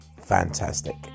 Fantastic